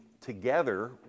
together